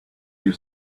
you